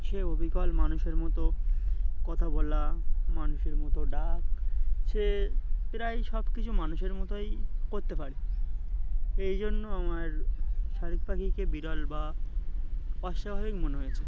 সে অবিকল মানুষের মতো কথা বলা মানুষের মতো ডাক সে প্রায় সব কিছু মানুষের মতোই করতে পারে এই জন্য আমার শালিক পাখিকে বিরল বা অস্বাভাবিক মনে হয়েছে